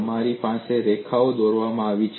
તમારી પાસે રેખાઓ દોરવામાં આવી છે